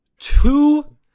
Two